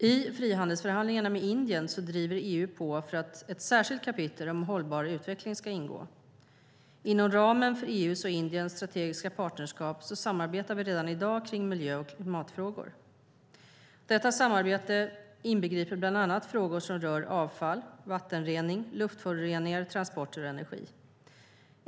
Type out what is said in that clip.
I frihandelsförhandlingarna med Indien driver EU på för att ett särskilt kapitel om hållbar utveckling ska ingå. Inom ramen för EU:s och Indiens strategiska partnerskap samarbetar vi redan i dag kring miljö och klimatfrågor. Detta samarbete inbegriper bland annat frågor som rör avfall, vattenrening, luftföroreningar, transporter och energi.